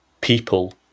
people